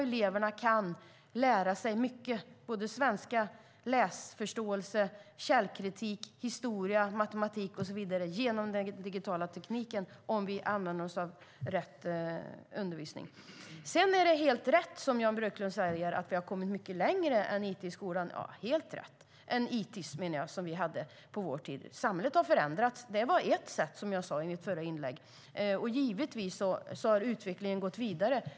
Eleverna kan lära sig svenska, läsförståelse, källkritik, historia, matematik och så vidare genom den digitala tekniken, om vi använder oss av rätt undervisning. Det är rätt, Jan Björklund, att vi har kommit mycket längre än ITIS. Samhället har förändrats. Det var ett sätt, som jag sade. Givetvis har utvecklingen gått vidare.